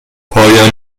پایان